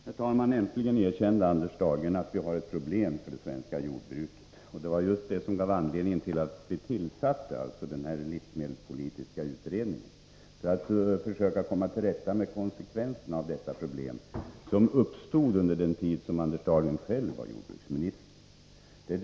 Herr talman! Äntligen erkände Anders Dahlgren att vi har ett problem inom det svenska jordbruket. Det var just detta som var anledning till att den livsmedelspolitiska utredningen tillsattes, för att den skulle försöka komma till rätta med konsekvenserna av detta problem, som uppstod under den tid som Anders Dahlgren själv var jordbruksminister.